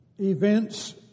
events